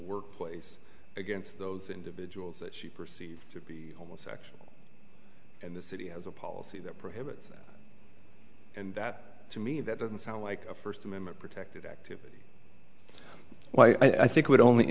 workplace against those individuals that she perceived to be homosexual and the city has a policy that prohibits and that to me that doesn't sound like a first amendment protected activity why i think would only